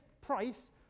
price